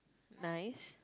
nice